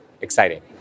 exciting